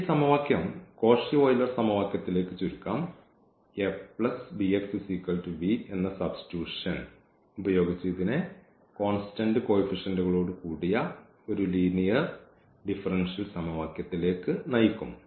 ഈ സമവാക്യം ഈ കോഷി ഓയിലർ സമവാക്യത്തിലേക്ക് ചുരുക്കാം എന്ന സബ്സ്റ്റിട്യൂഷൻ ഇതിനെ കോൺസ്റ്റന്റ് കോയിഫിഷ്യൻറുകളോട് കൂടിയ ഒരു ലീനിയർ ഡിഫറൻഷ്യൽ സമവാക്യത്തിലേക്ക് നയിക്കും